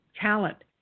talent